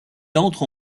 entre